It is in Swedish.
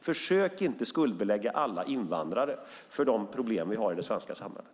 Försök inte skuldbelägga alla invandrare för de problem vi har i det svenska samhället!